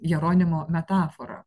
jeronimo metaforą